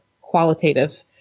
qualitative